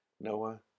Noah